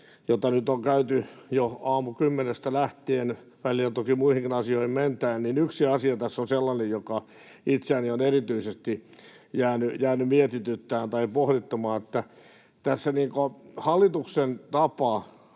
jota nyt on käyty jo aamukymmenestä lähtien, ja välillä toki muihinkin asioihin menty — on sellainen, joka itseäni on erityisesti jäänyt mietityttämään tai pohdituttamaan: Hallituksen tapa